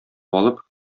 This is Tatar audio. алып